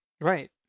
Right